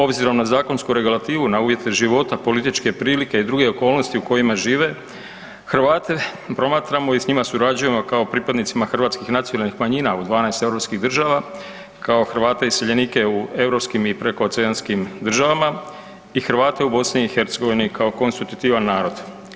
Obzirom na zakonsku regulativu, na uvjete života, političke prilike i druge okolnosti u kojima žive, Hrvate promatramo i s njima surađujemo kao pripadnicima hrvatskih nacionalnih manjina u 12 europskih država kao Hrvate iseljenike u europskim i prekooceanskim državama i Hrvate u BiH-u kao konstitutivan narod.